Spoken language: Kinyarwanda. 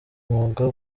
mwuga